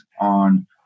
on